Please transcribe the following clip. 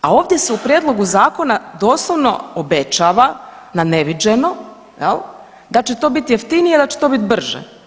A ovdje se u prijedlogu zakona doslovno obećava na neviđeno, da će to bit jeftinije, da će to bit brže.